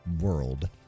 world